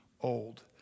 old